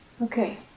Okay